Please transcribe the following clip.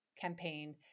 campaign